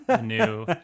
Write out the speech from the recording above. new